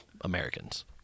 Americans